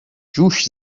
جوش